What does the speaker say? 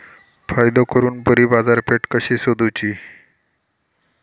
फायदो करून बरी बाजारपेठ कशी सोदुची?